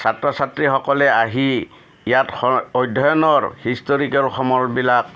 ছাত্ৰ ছাত্ৰীসকলে আহি ইয়াত অধ্যয়নৰ হিষ্টৰিকেল সমলবিলাক